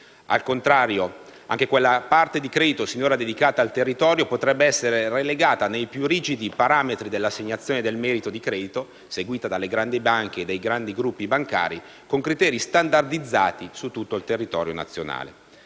Al contrario, anche quella parte di credito sinora dedicata al territorio potrebbe essere relegata nei più rigidi parametri dell'assegnazione del merito di credito, seguita dalle grandi banche o dai grandi gruppi bancari, con criteri standardizzati su tutto il territorio nazionale.